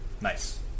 Nice